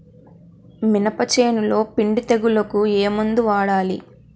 మినప చేనులో పిండి తెగులుకు ఏమందు వాడాలి?